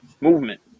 movement